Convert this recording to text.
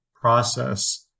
process